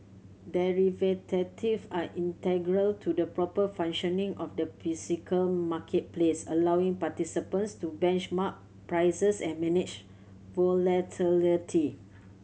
are integral to the proper functioning of the marketplace allowing participants to benchmark prices and manage volatility